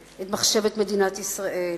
את מחשבת מדינת ישראל,